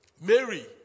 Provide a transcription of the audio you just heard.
Mary